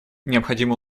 необходимо